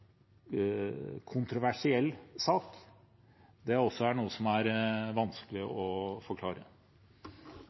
kontroversiell sak, er noe som er vanskelig å forklare.